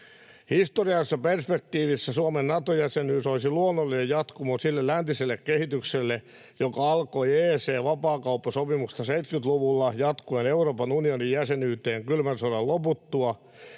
Historiallisessa perspektiivissä Suomen Nato-jäsenyys olisi luonnollinen jatkumo sille läntiselle kehitykselle, joka alkoi EEC-vapaakauppasopimuksesta 70-luvulla, jatkuen Euroopan unionin jäsenyyteen kylmän sodan loputtua,